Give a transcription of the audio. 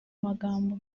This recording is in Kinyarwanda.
magambo